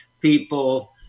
people